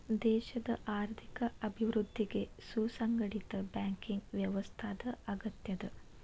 ದೇಶದ್ ಆರ್ಥಿಕ ಅಭಿವೃದ್ಧಿಗೆ ಸುಸಂಘಟಿತ ಬ್ಯಾಂಕಿಂಗ್ ವ್ಯವಸ್ಥಾದ್ ಅಗತ್ಯದ